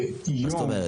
מה זאת אומרת?